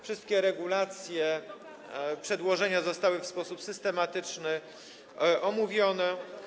Wszystkie regulacje przedłożenia zostały w sposób systematyczny omówione.